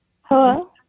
Hello